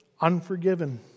unforgiven